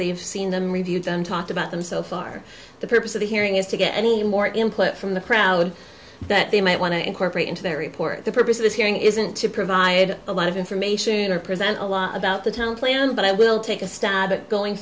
have seen them reviewed and talked about them so far the purpose of the hearing is to get any more input from the crowd that they might want to incorporate into their report the purpose of this hearing isn't to provide a lot of information or present a lot about the town plan but i will take a stab at going